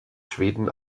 schweden